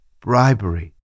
bribery